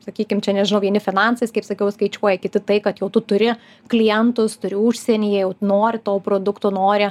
sakykim čia nežinau vieni finansais kaip sakiau skaičiuoja kiti tai kad jau turi klientus turi užsieny jau nori to produkto nori